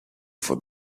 for